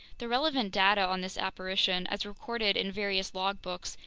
the relevant data on this apparition, as recorded in various logbooks,